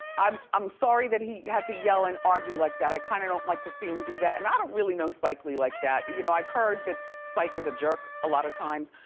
i'm i'm sorry that he had to yell and argue like that. i kind of don't like to see them um do that and i don't really know spike lee like that. you know i've heard that spike is a jerk a lotta times.